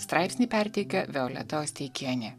straipsnį perteikia violeta osteikienė